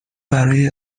برای